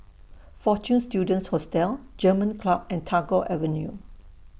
Fortune Students Hostel German Club and Tagore Avenue